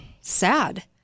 sad